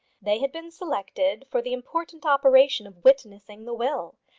they had been selected for the important operation of witnessing the will,